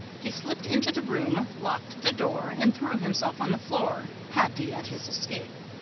he slipped into the room, locked the door, and threw himself on the floor, happy at his escape.